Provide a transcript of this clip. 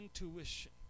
intuition